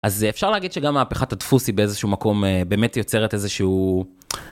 אז אפשר להגיד שגם מהפכת הדפוס היא באיזשהו מקום באמת יוצרת איזשהו...